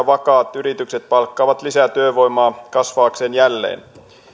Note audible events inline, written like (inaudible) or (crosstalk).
(unintelligible) vakaat yritykset palkkaavat lisää työvoimaa kasvaakseen jälleen